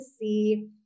see